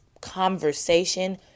conversation